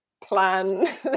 plan